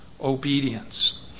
obedience